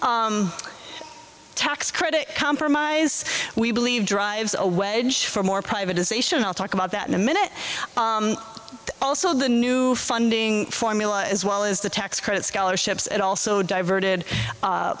tax credit compromise we believe drives a wedge for more privatization i'll talk about that in a minute also the new funding formula as well as the tax credit scholarships and also diverted